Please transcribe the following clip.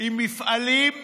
עם מפעלים בסין.